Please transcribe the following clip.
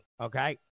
Okay